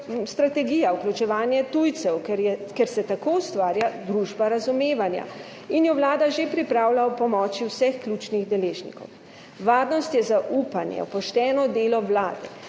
strategija vključevanja tujcev, ker se tako ustvarja družba razumevanja in ki jo vlada že pripravlja ob pomoči vseh ključnih deležnikov. Varnost je zaupanje v pošteno delo Vlade